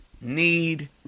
need